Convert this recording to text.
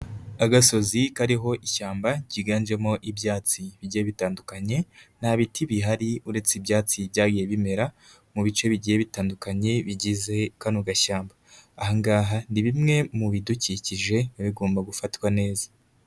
Agasozi kariho ishyamba ryiganjemo ibyatsi bigiye bitandukanye, nta biti bihari uretse ibyatsi byagiye bimera mu bice bigiye bitandukanye bigize kano gashyamba, aha ngaha ni bimwe mu bidukikije biba bigomba gufatwa neza.